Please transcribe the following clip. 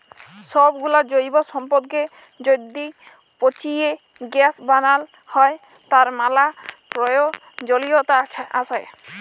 সবগুলা জৈব সম্পদকে য্যদি পচিয়ে গ্যাস বানাল হ্য়, তার ম্যালা প্রয়জলিয়তা আসে